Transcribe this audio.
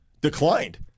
declined